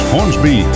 Hornsby